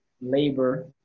labor